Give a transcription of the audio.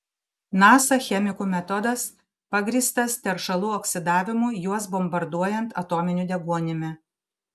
nasa chemikų metodas pagrįstas teršalų oksidavimu juos bombarduojant atominiu deguonimi